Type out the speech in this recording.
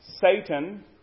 Satan